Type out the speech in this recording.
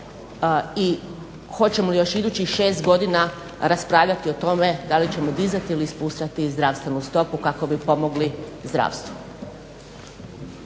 i hoćemo li još idućih šest godina raspravljati o tome da li ćemo dizati ili spuštati zdravstvenu stopu kako bi pomogli zdravstvu?